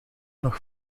nog